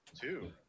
Two